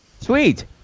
Sweet